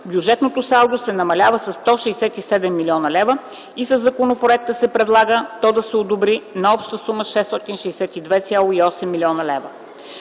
бюджетното салдо се намалява с 167 млн. лв. и със законопроекта се предлага то да се одобри на обща сума от 662,8 млн. лв.